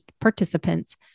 participants